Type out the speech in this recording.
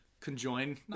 conjoin